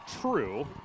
true